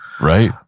Right